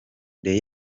the